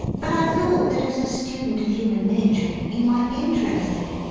but i thought that, as a student of human nature, you might be interested.